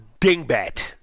Dingbat